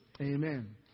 Amen